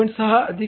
6 अधिक 0